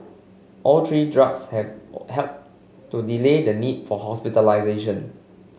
all three drugs have helped to delay the need for hospitalisation